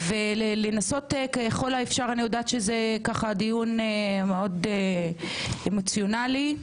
אני יודעת שהדיון הוא אמוציונלי,